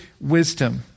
wisdom